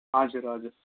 हजुर हजुर